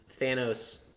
Thanos